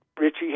Richie